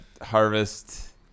harvest